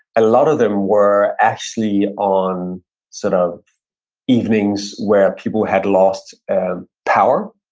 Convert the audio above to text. a lot of them were actually on sort of evenings where people had lost and power,